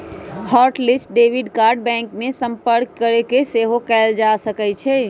hot list debit card bank में संपर्क कऽके सेहो कएल जा सकइ छै